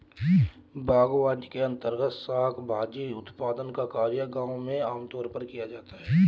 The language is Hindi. बागवानी के अंर्तगत शाक भाजी उत्पादन का कार्य गांव में आमतौर पर किया जाता है